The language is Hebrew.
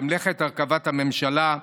במלאכת הרכבת הממשלה.